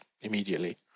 immediately